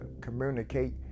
communicate